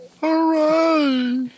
Hooray